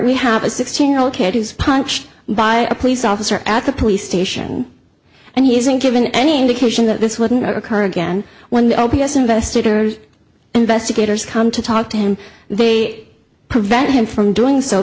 we have a sixteen year old kid who's punched by a police officer at the police station and he hasn't given any indication that this wouldn't occur again when the o p s investors investigators come to talk to him they prevent him from doing so